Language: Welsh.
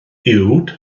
uwd